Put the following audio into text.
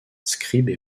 scribe